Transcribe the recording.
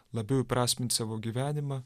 labiau įprasmint savo gyvenimą